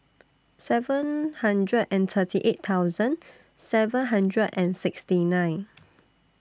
seven hundred and thirty eight thousand seven hundred and sixty nine